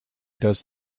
does